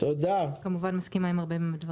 אני כמובן מסכימה עם הרבה מהדברים.